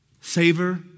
savor